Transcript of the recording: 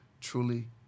truly